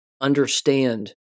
understand